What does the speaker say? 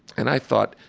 and i thought,